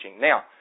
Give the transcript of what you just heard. Now